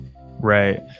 Right